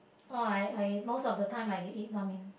oh like I most of the time I will eat lah mian